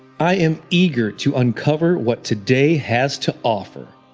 i am eager to uncover what today has to offer.